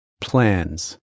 Plans